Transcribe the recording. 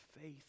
faith